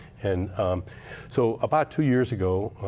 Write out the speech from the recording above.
and so about two years ago,